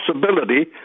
possibility